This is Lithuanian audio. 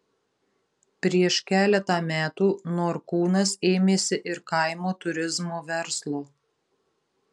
prieš keletą metų norkūnas ėmėsi ir kaimo turizmo verslo